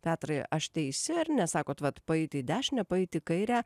petrai aš teisi ar ne sakov vat paeiti į dešinę paeiti kairę